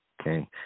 Okay